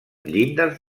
llindes